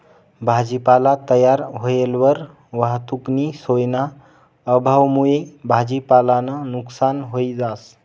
भाजीपाला तयार व्हयेलवर वाहतुकनी सोयना अभावमुये भाजीपालानं नुकसान व्हयी जास